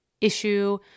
issue